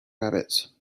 rabbits